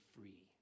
free